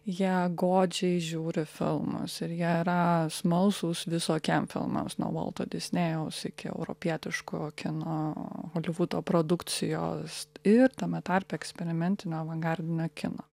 jie godžiai žiūri filmus ir jie yra smalsūs visokiem filmams nuo volto disnėjaus iki europietiško kino holivudo produkcijos ir tame tarpe eksperimentinio avangardinio kino